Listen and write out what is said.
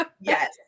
yes